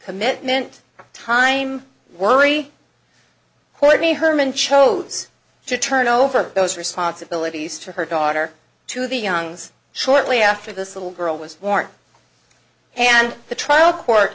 commitment time worry courtney hermann chose to turn over those responsibilities to her daughter to the youngs shortly after this little girl was born and the trial court